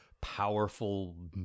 powerful